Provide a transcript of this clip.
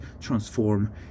transform